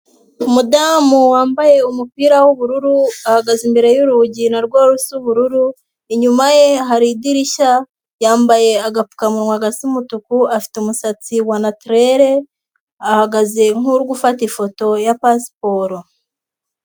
Umudamu wambaye umupira w'ubururu ahagaze imbere y'urugi narwo rusa ubururu, inyuma ye hari idirishya yambaye agapfukamunwa gasa umutuku afite umusatsi wa natirere ahagaze nkuri gufata ifoto ya pasiporo.